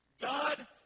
God